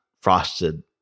frosted